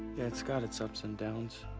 yeah, it's got its ups and downs.